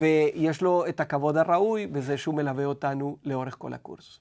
‫ויש לו את הכבוד הראויה בזה שהוא מלווה אותנו ‫לאורך כל הקורס.